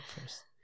first